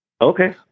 Okay